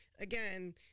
again